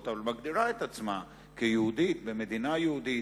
אבל מגדירה את עצמה כיהודית במדינה יהודית